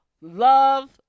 love